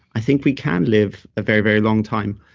i think we can live a very, very long time.